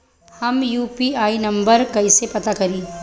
हम UPI number कइसे पता करी?